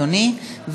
אדוני,